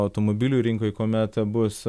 automobilių rinkoj kuomet bus